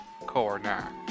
corner